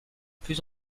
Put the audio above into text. plus